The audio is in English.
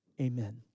amen